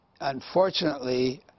unfortunately